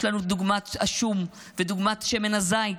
יש לנו דוגמת השום ודוגמת שמן הזית,